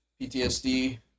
PTSD